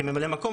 כממלא מקום.